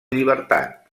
llibertat